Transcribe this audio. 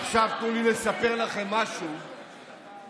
עכשיו תנו לי לספר לכם משהו שחלקכם